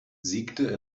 siegte